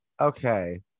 okay